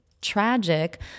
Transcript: tragic